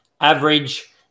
average